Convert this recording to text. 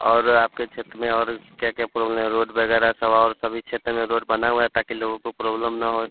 और आपके क्षेत्र में और क्या क्या प्रोब्लेम है रोड वगैरह सब और सभी क्षेत्र में रोड बना हुआ ताकि लोगों को प्रोब्लेम न हो